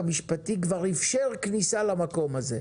המשפטי כבר אפשר כניסה למקום הזה.